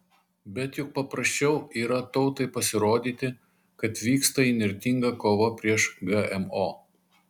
bet juk paprasčiau yra tautai pasirodyti kad vyksta įnirtinga kova prieš gmo